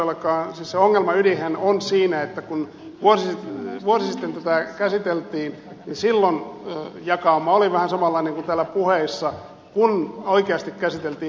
siis se ongelman ydinhän on siinä että kun vuosi sitten tätä käsiteltiin niin silloin jakauma oli vähän samanlainen kuin täällä puheissa kun oikeasti käsiteltiin pykäliä